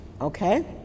Okay